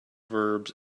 verbs